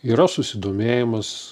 yra susidomėjimas